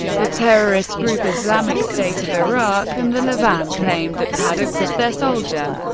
the terrorist group islamic state of iraq and the levant claimed that paddock was their soldier,